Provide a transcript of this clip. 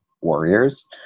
warriors